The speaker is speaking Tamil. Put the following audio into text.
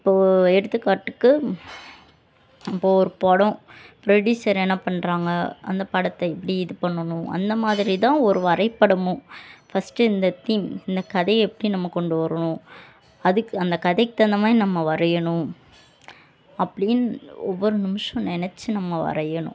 இப்போ எடுத்துக்காட்டுக்கு இப்போது ஒர் படம் ப்ரோடிசர் என்ன பண்ணுறாங்க அந்த படத்தை இப்படி இது பண்ணணும் அந்த மாதிரி தான் ஒரு வரைபடமும் ஃபஸ்ட்டு இந்த தீம் இந்த கதையை எப்படி நம்ம கொண்டு வரணும் அதுக்கு அந்த கதைக்கு தகுந்த மாதிரி நம்ம வரையணும் அப்டின்னு ஒவ்வொரு நிமிஷம் நெனைச்சி நம்ம வரையணும்